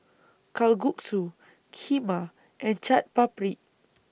Kalguksu Kheema and Chaat Papri